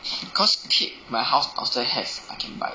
cause cake my house downstair have I can buy